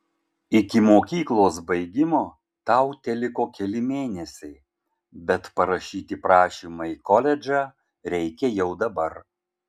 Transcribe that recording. iki mokyklos baigimo tau teliko keli mėnesiai bet parašyti prašymą į koledžą reikia jau dabar